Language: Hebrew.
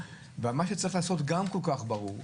ומה שצריך לעשות גם כל כך ברור.